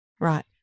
Right